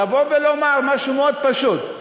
לומר משהו מאוד פשוט: